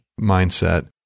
mindset